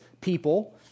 people